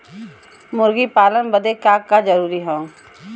मुर्गी पालन बदे का का जरूरी ह?